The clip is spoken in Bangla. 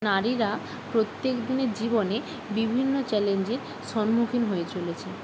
নারীরা প্রত্যেক দিনের জীবনে বিভিন্ন চ্যালেঞ্জের সন্মুখীন হয়ে চলেছে